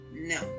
No